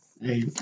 Hey